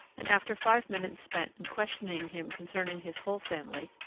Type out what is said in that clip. and, after five minutes spent in questioning him concerning his whole family,